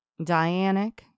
dianic